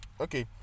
Okay